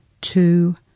Two